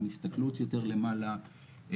עם הסתכלות יותר למעלה.